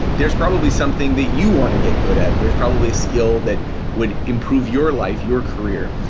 there's probably something that you want to get good at. there's probably a skill that would improve your life, your career,